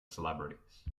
celebrities